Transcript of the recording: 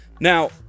Now